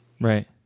right